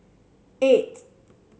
eight